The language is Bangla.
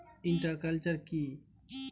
ইন্টার কালচার কি?